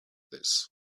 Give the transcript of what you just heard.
his